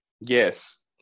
Yes